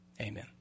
amen